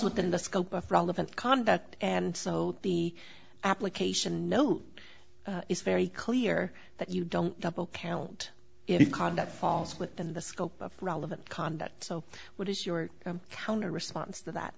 within the scope of relevant conduct and so the application note is very clear that you don't double count it conduct falls within the scope of relevant conduct so what is your counter response to that